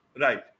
Right